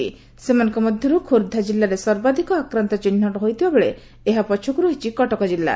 ସେମାନଙ୍କ ମଧ୍ଧରୁ ଆକି ମଧ୍ଧ ଖୋର୍ବ୍ଧା ଜିଲ୍ଲାରେ ସର୍ବାଧକ ଆକ୍ରାନ୍ନ ଚିହ୍ଚଟ ହୋଇଥିବା ବେଳେ ଏହା ପଛକ୍ ରହିଛି କଟକ ଜିଲ୍ଲା